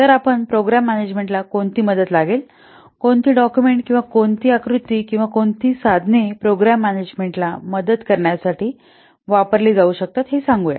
तर आपण प्रोग्राम मॅनेजमेंटला कोणती मदत लागेल कोणती डाक्युमेंट किंवा कोणती आकृती किंवा कोणती साधने प्रोग्राम मॅनेजमेंट ला मदत करण्यासाठी वापरली जाऊ शकतात हे सांगू या